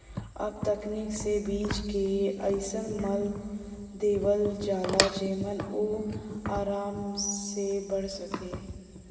अब तकनीक से बीज के अइसन मल देवल जाला जेमन उ आराम से बढ़ सके